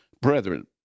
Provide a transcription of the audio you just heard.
brethren